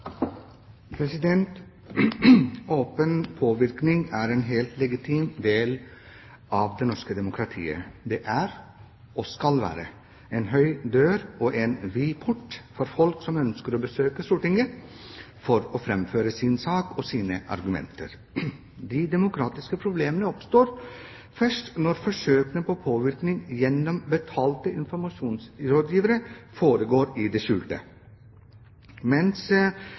en helt legitim del av det norske demokratiet. Det er – og skal være – en høy dør og en vid port for folk som ønsker å besøke Stortinget for å framføre sin sak og sine argumenter. De demokratiske problemene oppstår først når forsøkene på påvirkning gjennom betalte informasjonsrådgivere foregår i det skjulte. Mens